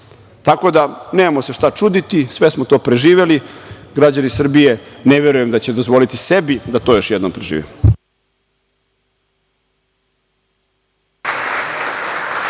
je sve. Nemamo se šta čuditi, sve smo to preživeli. Građani Srbije ne verujem da će dozvoliti sebi da to još jednom prežive.